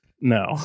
No